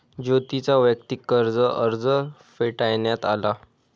ज्योतीचा वैयक्तिक कर्ज अर्ज फेटाळण्यात आला